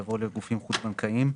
יבוא: "לגופים חוץ-בנקאיים".